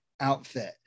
outfit